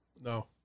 No